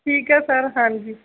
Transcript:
ਠੀਕ ਹੈ ਸਰ ਹਾਂਜੀ